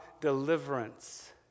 deliverance